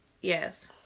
Yes